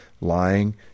lying